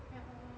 ya lor